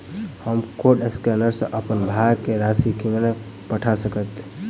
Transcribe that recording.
हम code scanner सँ अप्पन भाय केँ राशि कोना पठा सकैत छियैन?